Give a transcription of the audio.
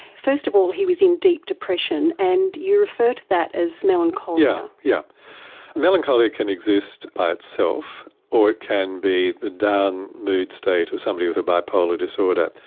first of all he was in deep depression, and you refer to that as melancholia. yeah yeah melancholia melancholia can exist by itself or it can be the down mood state of somebody with a bipolar disorder. it